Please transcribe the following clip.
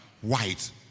white